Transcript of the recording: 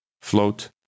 float